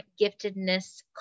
giftedness